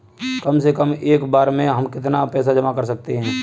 कम से कम एक बार में हम कितना पैसा जमा कर सकते हैं?